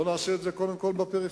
בוא נעשה את זה קודם כול בפריפריה.